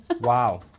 Wow